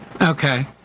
Okay